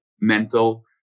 mental